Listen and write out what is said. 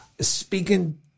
speaking